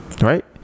Right